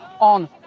on